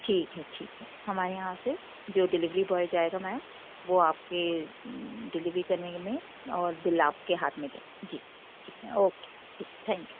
ठीक है ठीक है हमारे यहाँ से जो डिलीवरी बॉय जाएगा मैम वो आपके डिलीवरी करने में और बिल आपके हाथ में देगा जी ठीक है ओके ठीक थैंक यू